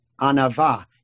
anava